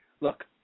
look